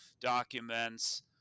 documents